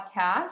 podcast